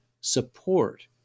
support